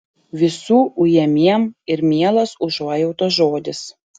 visų ujamiem yra mielas užuojautos žodis